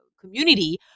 community